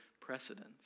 precedence